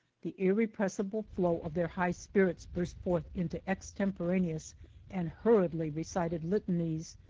the irrepressible flow of their high spirits burst forth into extempo raneous and hurriedly recited litanies,